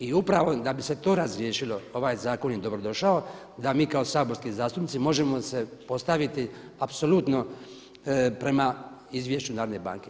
I upravo da bi se to razriješilo ovaj zakon je dobrodošao da mi kao saborski zastupnici možemo se postaviti apsolutno prema izvješću Narodne banke.